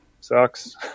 sucks